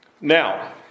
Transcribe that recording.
Now